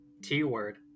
T-word